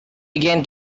begin